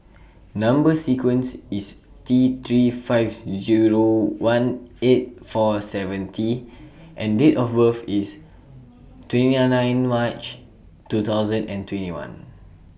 Number sequence IS T three five Zero one eight four seven T and Date of birth IS twenty nine March two thousand and twenty one